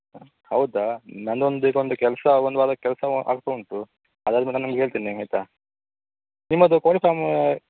ಹೌದಾ ನನ್ನದು ಒಂದು ಇದೊಂದು ಕೆಲಸ ಒಂದು ವಾರದ್ದು ಕೆಲಸ ಆಗ್ತಾ ಉಂಟು ಅದಾದ ಮೇಲೆ ನಿಮಗೆ ಹೇಳ್ತೇನೆ ಆಯಿತಾ ನಿಮ್ಮದು ಕೋಳಿ ಫಾರ್ಮ್